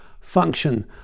Function